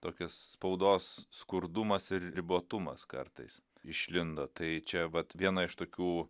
tokios spaudos skurdumas ir ribotumas kartais išlindo tai čia vat viena iš tokių